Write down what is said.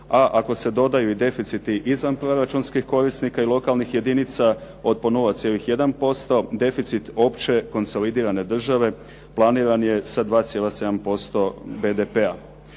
a ako se dodaju i deficiti izvanproračunskih korisnika i lokalnih jedinica od po 0,1% deficit opće konsolidirane države planiran je sa 2,7% BDP-a.